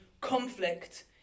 conflict